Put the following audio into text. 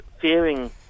fearing